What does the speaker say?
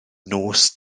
nos